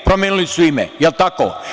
Promenili su ime, jel tako?